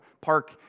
Park